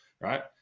right